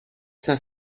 cinq